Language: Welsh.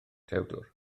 tewdwr